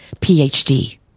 PhD